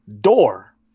door